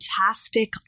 fantastic